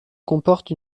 comporte